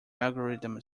algorithm